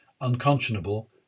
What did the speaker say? unconscionable